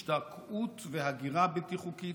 השתקעות והגירה בלתי חוקית,